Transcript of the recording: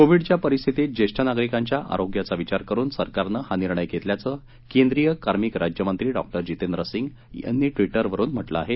कोविडच्या परिस्थितीत ज्येष्ठ नागरिकांच्या आरोग्याचा विचार करून सरकारनं हा निर्णय धेतल्याचं केंद्रीय कार्मिक राज्यमंत्री डॉक्टर जितेंद्र सिंग यांनी ट्विटरवरून म्हटलं आहे